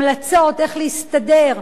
המלצות איך להסתדר,